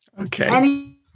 Okay